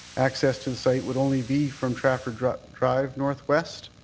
access to the site would only be from trafford drive drive northwest